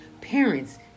Parents